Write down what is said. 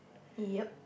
ya